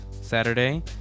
Saturday